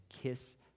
kiss